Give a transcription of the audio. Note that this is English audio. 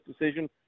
decision